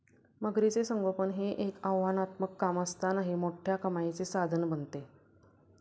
मगरीचे संगोपन हे एक आव्हानात्मक काम असतानाही मोठ्या कमाईचे साधन बनते